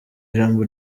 ijambo